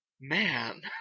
man